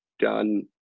done